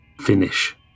finish